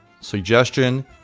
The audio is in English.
suggestion